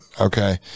okay